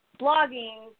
blogging